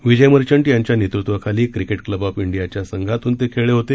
विजय मर्चेट यांच्या नेतृत्वाखाली cricket club of डीयाच्या संघातून ते खेळले होते